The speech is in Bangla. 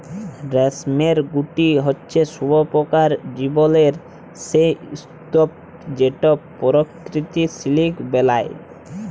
রেশমের গুটি হছে শুঁয়াপকার জীবলের সে স্তুপ যেট পরকিত সিলিক বেলায়